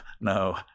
no